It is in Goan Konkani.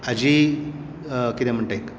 जी कितें म्हणटा एक